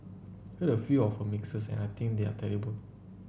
heard a few of her mixes and I think they are terrible